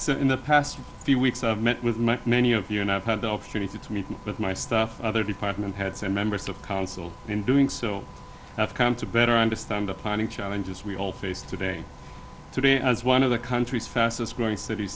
so in the past few weeks i've met with many of you and i've had the opportunity to meet with my stuff other department heads and members of council in doing so i've come to better understand the planning challenges we all face today today as one of the country's fastest growing cit